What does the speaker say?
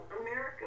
America